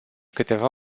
câteva